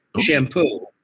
shampoo